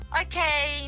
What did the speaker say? okay